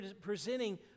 presenting